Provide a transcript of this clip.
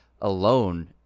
alone